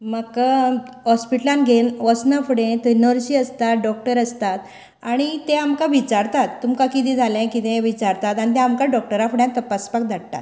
म्हाका हॉस्पिटलान घेन वचना फुडें थंय नर्शी आसतात डॉक्टर आसतात आनी ते आमकां विचारतात तुमकां कितें जाले कितें हे विचारतात आनी ते आमकां डॉक्टरा फुडें तपासपाक धाडटात